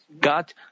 God